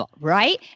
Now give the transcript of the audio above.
Right